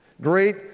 Great